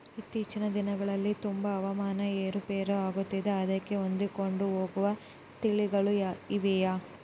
ಇತ್ತೇಚಿನ ದಿನಗಳಲ್ಲಿ ತುಂಬಾ ಹವಾಮಾನ ಏರು ಪೇರು ಆಗುತ್ತಿದೆ ಅದಕ್ಕೆ ಹೊಂದಿಕೊಂಡು ಹೋಗುವ ತಳಿಗಳು ಇವೆಯಾ?